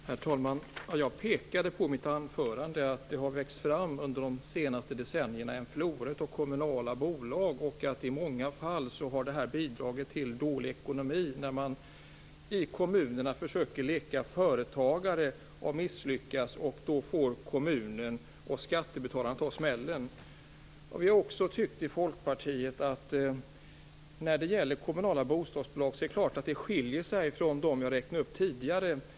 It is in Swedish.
Herr talman! Jag pekade i mitt anförande på att det under de senaste decennierna har växt fram en flora av kommunala bolag och att det i många fall har bidragit till dålig ekonomi när man i kommunerna försöker leka företagare och misslyckas, varvid kommunen och skattebetalarna får ta smällen. Vi i Folkpartiet har också tyckt att de kommunala bostadsbolagen givetvis skiljer sig från dem jag räknade upp tidigare.